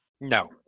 No